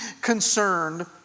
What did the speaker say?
concerned